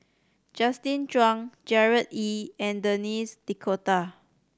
Justin Zhuang Gerard Ee and Denis D'Cotta